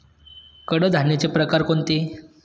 कडधान्याचे प्रकार कोणते?